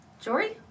Jory